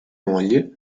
moglie